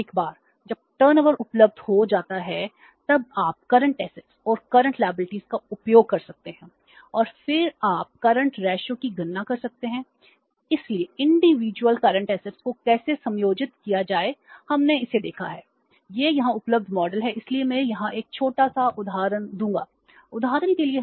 और एक बार जब टर्नओवर